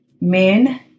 men